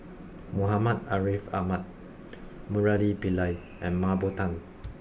Muhammad Ariff Ahmad Murali Pillai and Mah Bow Tan